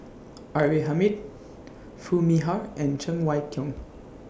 R A Hamid Foo Mee Har and Cheng Wai Keung